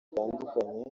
bitandukanye